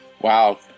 Wow